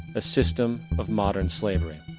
a system of modern slavery.